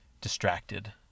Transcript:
distracted